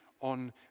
on